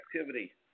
activity